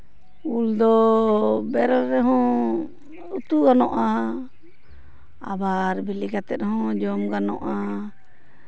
ᱩᱞ ᱫᱚ ᱵᱮᱨᱮᱞ ᱨᱮᱦᱚᱸ ᱩᱛᱩ ᱜᱟᱱᱚᱜᱼᱟ ᱟᱵᱟᱨ ᱵᱤᱞᱤ ᱠᱟᱛᱮᱫ ᱦᱚᱸ ᱡᱚᱢ ᱜᱟᱱᱚᱜᱼᱟ